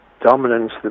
dominance